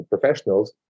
professionals